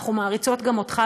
אנחנו מעריצות גם אותך,